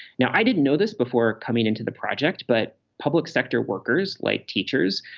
now, i didn't know this before coming into the project, but public sector workers like teachers,